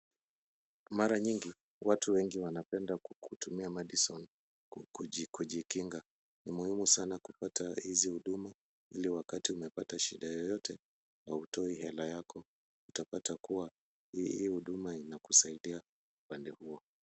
Mara nyingi, watu wengi wanapenda kutumia Madison kujikinga. Ni muhimu sana kuapata hizi huduma, ili wakati umepata shida yoyote hautoi hela yako. Utapata kuwa hii huduma inakusaidia upande huo.